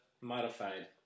modified